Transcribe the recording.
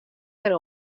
wer